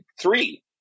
three